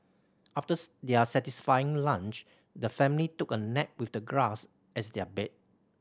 after their satisfying lunch the family took a nap with the grass as their bed